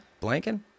blanking